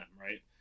right